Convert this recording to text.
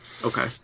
Okay